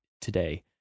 today